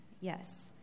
Yes